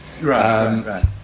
Right